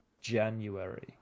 january